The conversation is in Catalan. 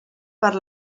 per